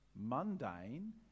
mundane